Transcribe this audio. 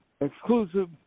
exclusive